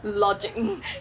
logic